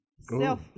Self